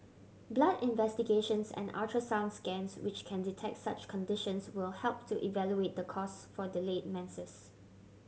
blood investigations and ultrasound scans which can detect such conditions will help to evaluate the cause for delayed menses